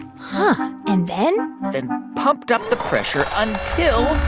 but and then? then pumped up the pressure until.